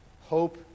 hope